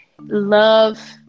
love